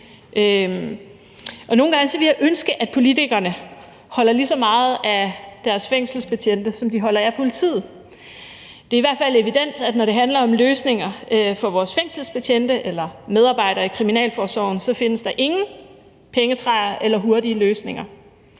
ville jeg ønske, at politikerne holdt lige så meget af deres fængselsbetjente, som de holder af politiet. Det er i hvert fald evident, at når det handler om løsninger for vores fængselsbetjente eller medarbejdere i Kriminalforsorgen, findes der ingen pengetræer eller hurtige løsninger.